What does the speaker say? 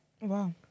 Wow